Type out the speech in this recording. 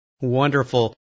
wonderful